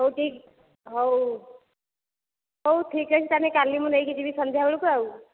ହେଉ ଠିକ୍ ହେଉ ହେଉ ଠିକ୍ ଅଛି ତା'ହେଲେ କାଲି ମୁଁ ନେଇ କି ଯିବି ସନ୍ଧ୍ୟା ବେଳକୁ ଆଉ